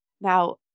Now